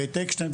"בית אקשטיין",